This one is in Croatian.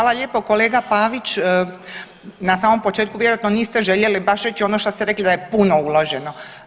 Hvala lijepa kolega Pavić, na samom početku vjerojatno niste željeli baš reći ono što ste rekli da je puno uloženo.